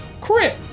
crit